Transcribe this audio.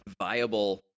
viable